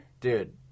Dude